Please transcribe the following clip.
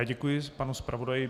Děkuji panu zpravodaji.